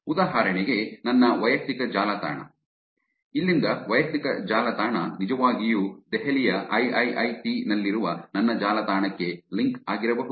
ಉದಾಹರಣೆಗೆ ನನ್ನ ವೈಯಕ್ತಿಕ ಜಾಲತಾಣ ಇಲ್ಲಿಂದ ವೈಯಕ್ತಿಕ ಜಾಲತಾಣ ನಿಜವಾಗಿಯೂ ದೆಹಲಿ ಯ ಐಐಐಟಿ ನಲ್ಲಿರುವ ನನ್ನ ಜಾಲತಾಣಕ್ಕೆ ಲಿಂಕ್ ಆಗಿರಬಹುದು